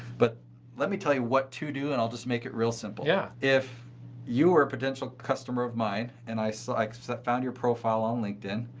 but let me tell you what to do and i'll just make it real simple. yeah if you were a potential customer of mine and i so like found your profile on linkedin.